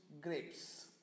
grapes